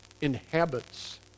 inhabits